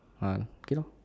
ah okay lor